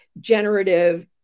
generative